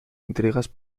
intrigas